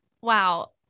Wow